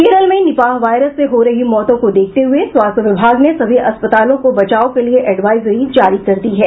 केरल में निपाह वायरस से हो रही मौतों को देखते हुये स्वास्थ्य विभाग ने सभी अस्पतालों को बचाव के लिये एडवाइजरी जारी कर दी है